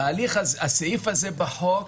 הסעיף הזה בחוק